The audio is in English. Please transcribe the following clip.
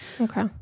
okay